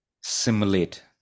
simulate